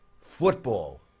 football